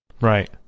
Right